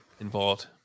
involved